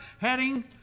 heading